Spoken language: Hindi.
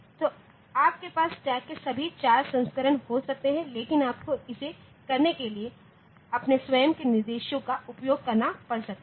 तो आपके पास स्टैक के सभी 4 संस्करण हो सकते हैं लेकिन आपको इसे करने के लिए अपने स्वयं के निर्देशों का उपयोग करना पड़ सकता है